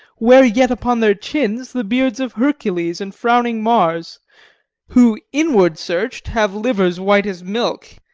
wear yet upon their chins the beards of hercules and frowning mars who, inward search'd, have livers white as milk